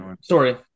Sorry